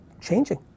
changing